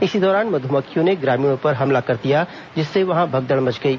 इसी दौरान मध्मक्खियों ने ग्रामीणों पर हमला कर दिया जिससे वहां भगदड़ मच गई